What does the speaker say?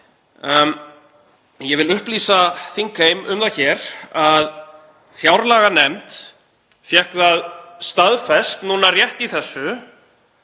Ég vil upplýsa þingheim um það hér að fjárlaganefnd fékk það staðfest núna rétt í þessu